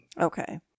Okay